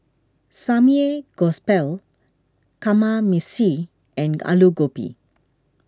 Kamameshi and Alu Gobi